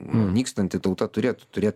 nykstanti tauta turėtų turėt